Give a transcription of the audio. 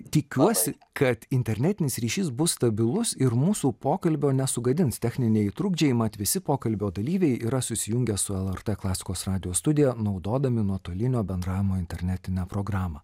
tikiuosi kad internetinis ryšys bus stabilus ir mūsų pokalbio nesugadins techniniai trukdžiai mat visi pokalbio dalyviai yra susijungę su lrt klasikos radijo studija naudodami nuotolinio bendravimo internetinę programą